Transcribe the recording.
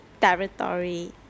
territory